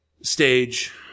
stage